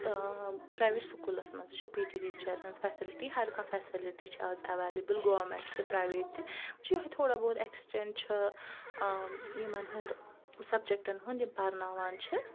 تہٕ پرٛاویٹ سکوٗلَس منٛز تہِ چھِ پی ٹی ٹیٖچَر ہِنٛز فیسلٹی ہرکانٛہہ فیسلٹی چھِ اَز ایٚویلبیٕل گورمیٚنٛٹ تہِ تہٕ پرٛایویٹ تہِ وۄنۍ چھِ یوٚہَے تھوڑا بہت ایٚکٕسٹیٚنٛد چھُ یِمَن ہُنٛد سَبجَکٹَن ہُنٛد یِم پرناوان چھِ